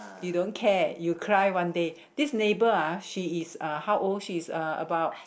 you don't care you cry one day this neighbor ah she is uh how old she is uh about